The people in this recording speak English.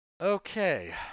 okay